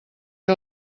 que